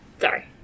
sorry